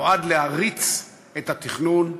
נועד להריץ את התכנון,